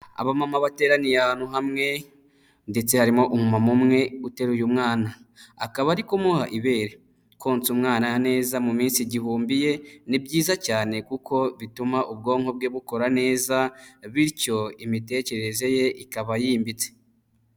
Abamama bateraniye ahantu hamwe, ndetse harimo umumama umwe uteraruye mwana. Akaba ari kumuha ibere. Konsa umwana neza mu minsi igihumbi ye, ni byiza cyane kuko bituma ubwonko bwe bukora neza bityo imitekerereze ye ikaba yimbitse.